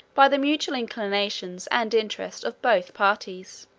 by the mutual inclinations and interest of both parties.